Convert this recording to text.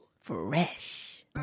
Fresh